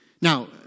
Now